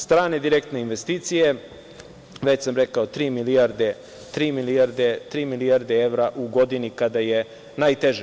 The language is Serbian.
Strane direktne investicije, već sam rekao, tri milijarde evra u godini kada je najteže.